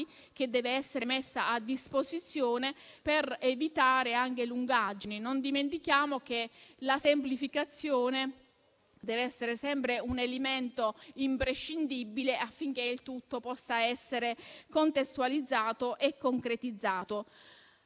quindi essere messa a disposizione per evitare lungaggini. Non dimentichiamo che la semplificazione deve essere sempre un elemento imprescindibile affinché il tutto possa essere contestualizzato e concretizzato.